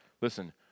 listen